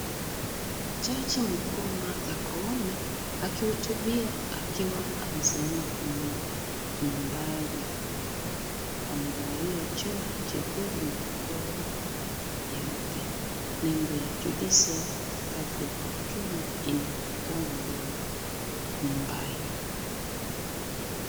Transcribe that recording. Jaji mkuu Martha Koome akihutubia akiwa amesimama kwenye mibali . Amevalia joho jekundu na kola nyeupe. Nembo ya Judiciary Republic of Kenya inaonekana mbele ya mibali .